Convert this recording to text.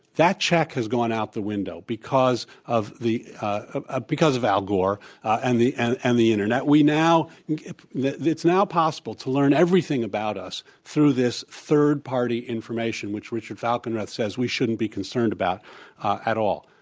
that check has gone out the window because of the ah because of al gore and the and and the internet. we now it's now possible to learn everything about us through this third party information which richard falkenrath says we shouldn't be concerned about at all.